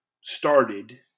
started